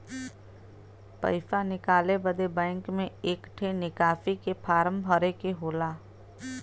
पइसा निकाले बदे बैंक मे एक ठे निकासी के फारम भरे के होला